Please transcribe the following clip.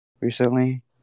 recently